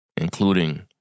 including